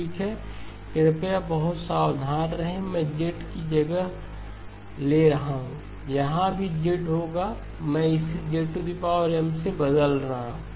ठीक है कृपया बहुत सावधान रहें मैं z की जगह ले रहा हूं जहां भी z होता है मैं इसे zM से बदल देता हूं